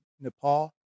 Nepal